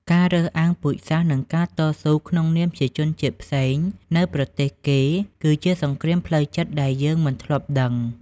ការរើសអើងពូជសាសន៍ និងការតស៊ូក្នុងនាមជាជនជាតិផ្សេងនៅប្រទេសគេ គឺជាសង្គ្រាមផ្លូវចិត្តដែលយើងមិនធ្លាប់ដឹង។